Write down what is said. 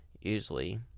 usually